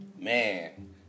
Man